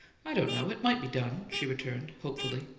i don't know it might be done, she returned, hopefully.